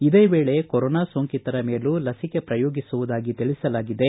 ಇದೇ ವೇಳೆ ಕೊರೋನಾ ಸೋಂಕಿತರ ಮೇಲೂ ಲಸಿಕೆ ಪ್ರಯೋಗಿಸುವುದಾಗಿ ತಿಳಿಸಲಾಗಿದೆ